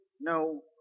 no